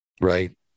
right